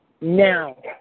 Now